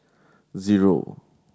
zero